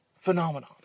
phenomenon